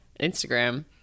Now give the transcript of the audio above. Instagram